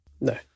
no